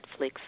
Netflix